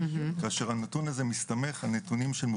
כאשר הנתון הזה מסתמך על נתונים של 900